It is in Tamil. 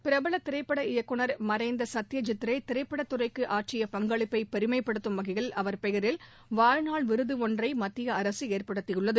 பிரபல திரைப்பட இயக்குநர் மறைந்த சத்யஜித்ரே திரைப்பட துறைக்கு ஆற்றிய பங்களிப்பை பெருமைப்படுத்தும் வகையில் அவர் பெயரில் வாழ்நாள் விருது ஒன்றை மத்திய அரசு ஏற்படுத்தியுள்ளது